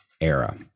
era